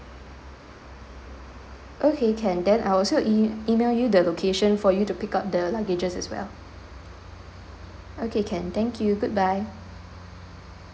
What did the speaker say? okay can then I also e~ email you the location for you to pick up the luggages as well okay can thank you goodbye